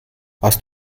hast